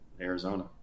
Arizona